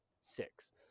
six